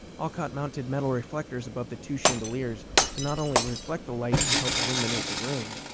alcott mounted metal reflectors above the two chandeliers to not only reflect the light and help illuminate the room,